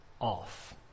off